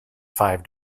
five